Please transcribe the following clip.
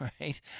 right